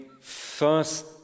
first